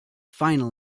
final